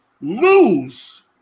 lose